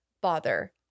bother